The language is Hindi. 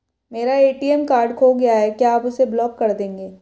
मेरा ए.टी.एम कार्ड खो गया है क्या आप उसे ब्लॉक कर देंगे?